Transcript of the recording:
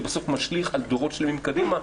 שבסוף משליך על דורות שלמים קדימה.